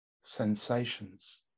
sensations